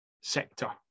sector